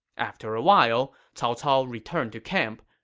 after a while, cao cao returned to camp,